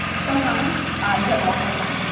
sometimes ah you have a lot more time.